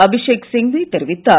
அபிஷேக் சிங்வி தெரிவித்தார்